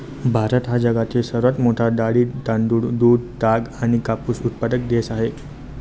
भारत हा जगातील सर्वात मोठा डाळी, तांदूळ, दूध, ताग आणि कापूस उत्पादक देश आहे